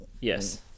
yes